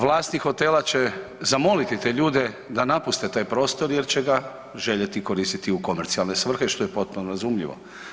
Vlasti hotela će zamoliti te ljude da napuste taj prostor jer će ga željeti koristiti u komercijalne svrhe što je potpuno razumljivo.